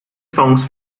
songs